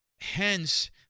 Hence